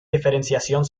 diferenciación